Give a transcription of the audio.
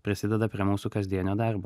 prisideda prie mūsų kasdienio darbo